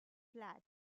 flat